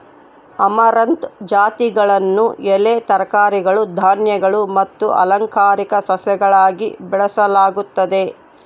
amaranth ಜಾತಿಗಳನ್ನು ಎಲೆ ತರಕಾರಿಗಳು ಧಾನ್ಯಗಳು ಮತ್ತು ಅಲಂಕಾರಿಕ ಸಸ್ಯಗಳಾಗಿ ಬೆಳೆಸಲಾಗುತ್ತದೆ